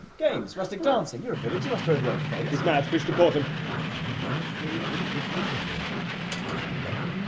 games? rustic dancing? you're a village, you must throw the odd fete. he's mad. we should deport him. there hasn't been a fete in piffling vale for eleven years.